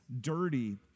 dirty